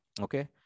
okay